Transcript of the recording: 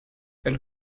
elle